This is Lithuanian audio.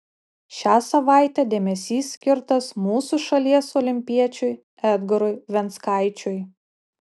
šią savaitę dėmesys skirtas mūsų šalies olimpiečiui edgarui venckaičiui